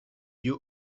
you